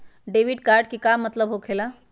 Debit card के का मतलब होकेला?